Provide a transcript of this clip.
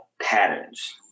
patterns